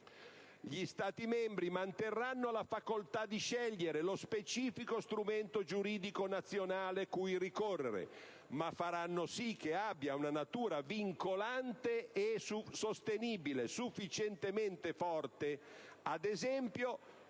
Gli Stati membri manterranno la facoltà di scegliere lo specifico strumento giuridico nazionale cui ricorrere ma faranno sì che abbia una natura vincolante e sostenibile sufficientemente forte (ad esempio